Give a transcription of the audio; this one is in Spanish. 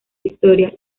historia